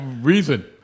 reason